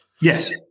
Yes